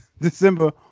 December